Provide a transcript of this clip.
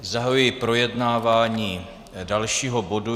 Zahajuji projednávání dalšího bodu.